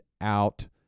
out